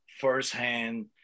firsthand